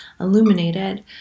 illuminated